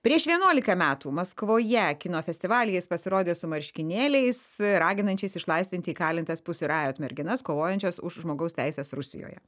prieš vienuolika metų maskvoje kino festivalyje jis pasirodė su marškinėliais raginančiais išlaisvinti įkalintas pusy rajot merginas kovojančias už žmogaus teises rusijoje